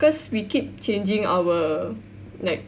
cause we keep changing our like